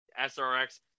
SRX